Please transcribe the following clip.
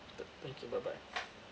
the thank you bye bye